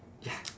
ya